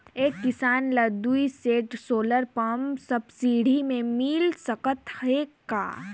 एक किसान ल दुई सेट सोलर पम्प सब्सिडी मे मिल सकत हे का?